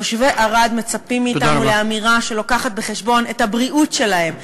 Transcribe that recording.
תושבי ערד מצפים מאתנו לאמירה שמביאה בחשבון את הבריאות שלהם,